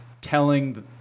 telling